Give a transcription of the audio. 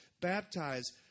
baptize